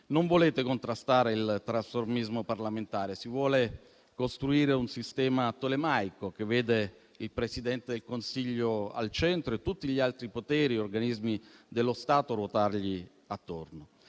Non volete contrastare il trasformismo parlamentare. Si vuole costruire un sistema tolemaico che vede il Presidente del Consiglio al centro e tutti gli altri poteri e organismi dello Stato ruotargli attorno,